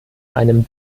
einem